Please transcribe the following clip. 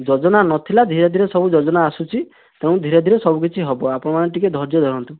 ଯୋଜନା ନଥିଲା ଧୀରେ ଧୀରେ ସବୁ ଯୋଜନା ଆସୁଛି ତେଣୁ ଧୀରେ ଧୀରେ ସବୁକିଛି ହେବ ଆପଣମାନେ ଟିକିଏ ଧର୍ଯ୍ୟ ଧରନ୍ତୁ